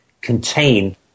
contain